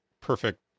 perfect